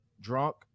drunk